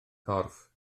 corff